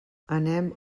anem